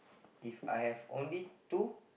If I have only two